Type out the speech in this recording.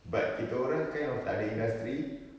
but kita orang kind of tak ada industry